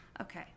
Okay